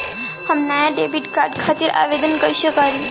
हम नया debit card खातिर आवेदन कईसे करी?